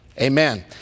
Amen